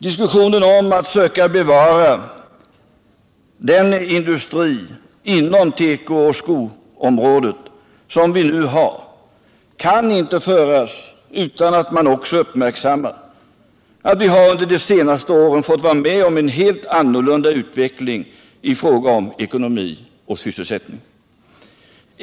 Diskussionen om att söka bevara den industri inom tekooch skoområdet som vi nu har kan inte föras utan att man också uppmärksammar att vi under de senaste åren har fått vara med om en helt annorlunda utveckling i fråga om ekonomi och sysselsättning.